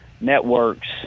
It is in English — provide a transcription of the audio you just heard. networks